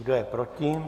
Kdo je proti?